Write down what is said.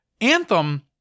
Anthem